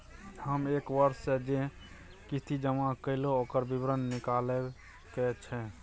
हम एक वर्ष स जे किस्ती जमा कैलौ, ओकर विवरण निकलवाबे के छै?